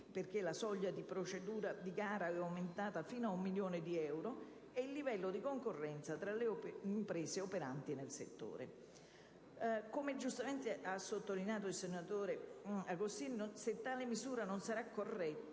senza procedura di gara è aumentata fino a un milione di euro) e il livello di concorrenza tra le imprese operanti nel settore. Come ha giustamente sottolineato il senatore Agostini, se tale misura non sarà corretta,